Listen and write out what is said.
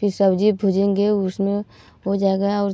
फिर सब्ज़ी भुजेंगे उसमें हो जाएगा